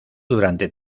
durante